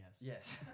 Yes